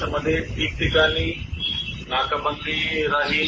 याच्यामध्ये ठिकठिकाणी नाकाबंदी राहील